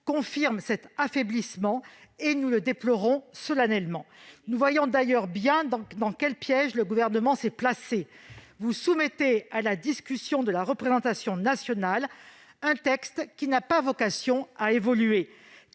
confirme cet affaiblissement et nous le déplorons solennellement. Nous voyons d'ailleurs bien dans quel piège le Gouvernement s'est placé : vous soumettez à la discussion de la représentation nationale un texte qui n'a pas vocation à évoluer.